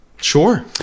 sure